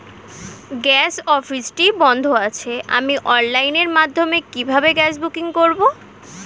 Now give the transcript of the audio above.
Gas অফিসটি বন্ধ আছে আমি অনলাইনের মাধ্যমে কিভাবে গ্যাস বুকিং করব?